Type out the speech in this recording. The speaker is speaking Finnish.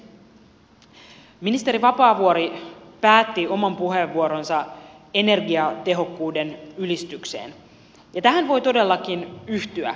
ministeri vapaavuori päätti oman puheenvuoronsa energiatehokkuuden ylistykseen ja tähän voi todellakin yhtyä